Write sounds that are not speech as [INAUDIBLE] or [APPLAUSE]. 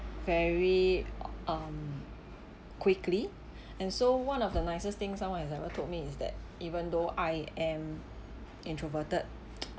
very um quickly and so one of the nicest thing someone has ever told me is that even though I am introverted [NOISE]